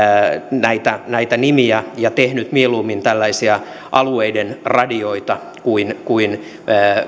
näitä näitä nimiä ja tehnyt mieluummin tällaisia alueiden radioita kuin kuin